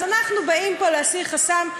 אז אנחנו באים פה להסיר חסם,